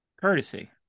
courtesy